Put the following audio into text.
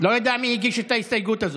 לא יודע מי הגיש את ההסתייגות הזאת.